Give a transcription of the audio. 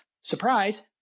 surprise